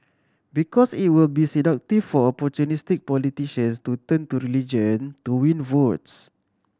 because it will be seductive for opportunistic politicians to turn to religion to win votes